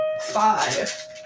five